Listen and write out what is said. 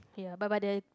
ya but but the